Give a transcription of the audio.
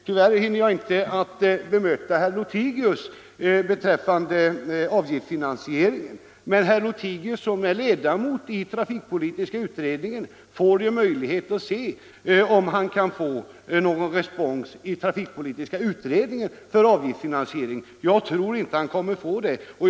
Tyvärr hinner jag inte bemöta vad herr Lothigius sade om avgiftsfinansieringen. Men herr Lothigius som är ledamot av trafikpolitiska utredningen får väl se om han kan få någon respons i utredningen för en avgiftsfinansiering. Jag tror inte att han kommer att få det.